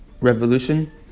revolution